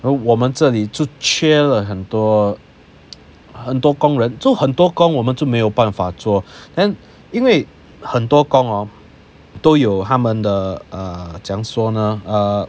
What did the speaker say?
我们这里就缺了很多很多工人 so 很多工我们就没有办法做 then 因为很多工 hor 都有他们的 uh 怎样说呢